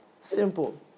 Simple